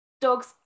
dogs